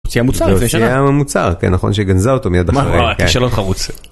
מוציאה מוצר לפני שנה. מוציאה מוצר, כן נכון, שגנזה אותו מייד אחרי, כישלון חרוץ.